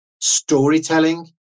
storytelling